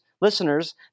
listeners